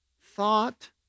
Thought